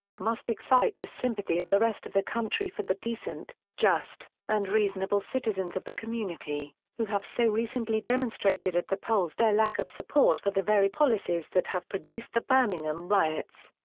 must excite the sympathy of the rest of the country for the decent, just, and reasonable citizens of the community, who have so recently demonstrated at the polls their lack of support for the very policies that have produced the birmingham riots.